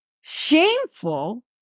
shameful